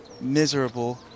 miserable